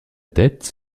tête